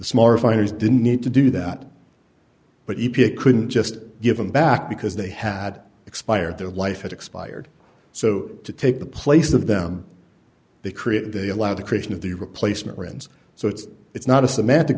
smaller refiners didn't need to do that but couldn't just give them back because they had expired their life had expired so to take the place of them they created they allowed the creation of the replacement rennes so it's it's not a semantic